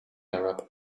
arab